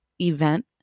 event